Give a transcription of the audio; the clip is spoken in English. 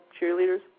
Cheerleaders